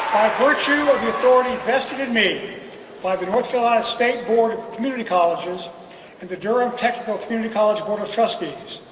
virtue of the authority vested in me by the north carolina state board of community colleges and the durham technical community college board of trustees,